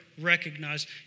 recognized